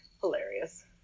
hilarious